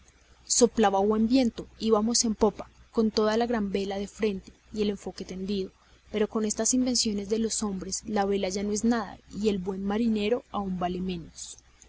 soplaba buen viento íbamos en popa con toda la gran vela de frente y el foque tendido pero con estas invenciones de los hombres la vela ya no es nada y el buen marinero aún vale menos